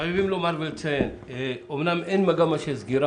חייבים לומר ולציין, אומנם אין מגמה של סגירה